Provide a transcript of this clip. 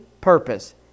purpose